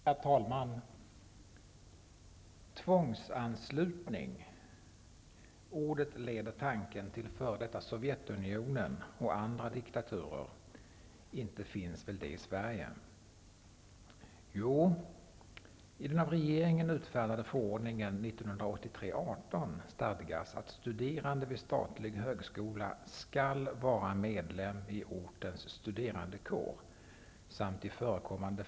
Herr talman! Tvångsanslutning -- ordet leder tanken till f.d. Sovjetunionen och andra diktaturer -- inte finns väl det i Sverige?